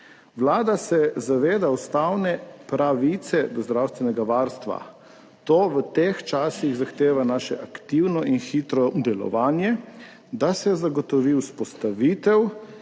Vlada se zaveda ustavne pravice do zdravstvenega varstva, to v teh časih zahteva naše aktivno in hitro delovanje, da se zagotovi vzpostavitev